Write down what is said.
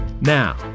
now